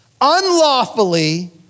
unlawfully